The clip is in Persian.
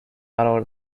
قرار